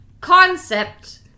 concept